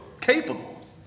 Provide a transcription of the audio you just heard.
capable